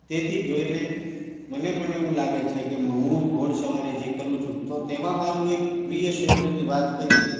તેથી જોઈને મને પણ એવું લાગે છે કે હું ય ઘોડસવારી જે કરું છું તો તેમાં મારું એક પ્રિય ક્ષેત્રની વાત કરીએ